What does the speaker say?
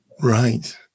Right